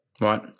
Right